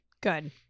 Good